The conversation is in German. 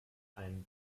ein